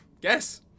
Guess